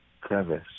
crevice